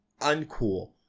uncool